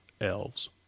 Elves